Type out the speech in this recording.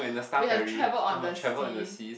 we have travelled on the sea